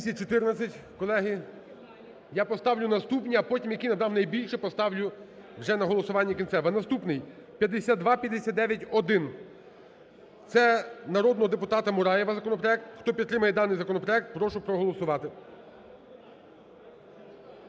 За-214 Колеги, я поставлю наступні, а потім, який надав найбільше – поставлю вже на голосування кінцеве. Наступний 5259-1 – це народного депутата Мураєва законопроект. Хто підтримує даний законопроект, прошу проголосувати.